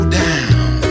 down